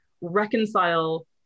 reconcile